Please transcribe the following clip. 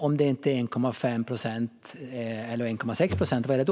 Om det inte är 1,5 eller 1,6 procent, vad är det då?